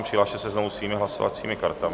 Přihlaste se znovu svými hlasovacími kartami.